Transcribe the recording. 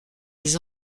les